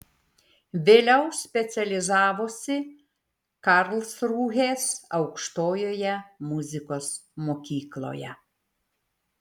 vėliau specializavosi karlsrūhės aukštojoje muzikos mokykloje